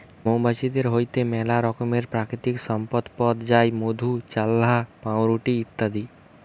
মৌমাছিদের হইতে মেলা রকমের প্রাকৃতিক সম্পদ পথ যায় মধু, চাল্লাহ, পাউরুটি ইত্যাদি